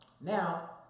Now